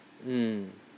mm